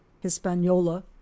Hispaniola